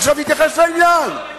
עכשיו תתייחס לעניין.